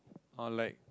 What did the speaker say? or like